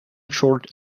short